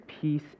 peace